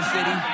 City